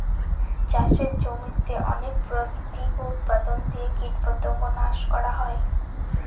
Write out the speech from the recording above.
চাষের জমিতে অনেক প্রাকৃতিক উপাদান দিয়ে কীটপতঙ্গ নাশ করা হয়